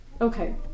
okay